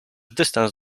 dystans